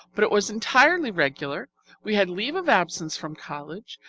but it was entirely regular we had leave-of-absence from college,